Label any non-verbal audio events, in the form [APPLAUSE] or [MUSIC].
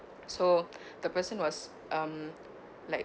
so [BREATH] the person was um like